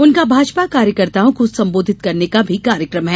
उनका भाजपा कार्यकर्ताओं को संबोधित करने का भी कार्यक्रम है